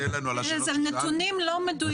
זה נתונים לא מדויקים.